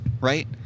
right